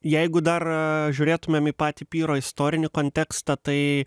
jeigu dar žiūrėtumėm į patį pyro istorinį kontekstą tai